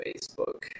Facebook